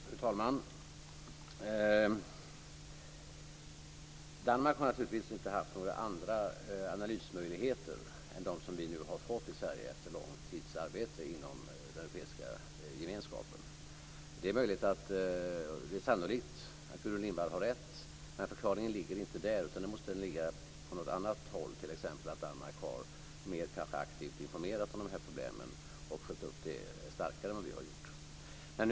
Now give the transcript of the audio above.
Fru talman! Danmark har naturligtvis inte haft andra analysmöjligheter än de som vi nu har fått i Sverige efter en lång tids arbete inom den europeiska gemenskapen. Sannolikt har Gudrun Lindvall rätt men förklaringen ligger inte där, utan förklaringen måste finnas på annat håll - t.ex. att Danmark kanske mer aktivt har informerat om de här problemen och följt upp dem starkare än vad vi har gjort.